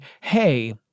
hey